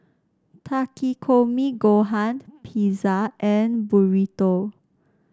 Takikomi Gohan Pizza and Burrito